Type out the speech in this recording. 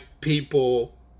people